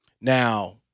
Now